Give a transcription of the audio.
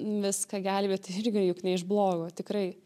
viską gelbėti irgi juk ne iš blogo tikrai